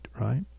right